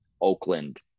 Oakland